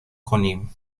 کنیم